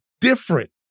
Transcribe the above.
different